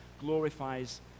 glorifies